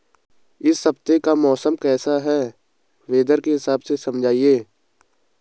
इस हफ्ते का मौसम कैसा है वेदर के हिसाब से समझाइए?